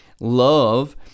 Love